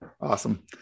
Awesome